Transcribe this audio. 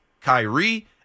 Kyrie